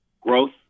growth